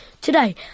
Today